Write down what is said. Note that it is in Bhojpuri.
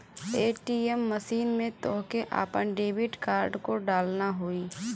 ए.टी.एम मशीन में तोहके आपन डेबिट कार्ड को डालना होई